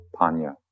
panya